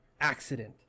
accident